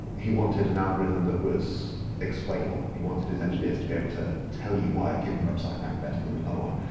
he wanted an algorithm that was explainable. he wanted his engineers to be able to tell you why a given website ranked better than another one.